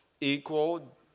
Equal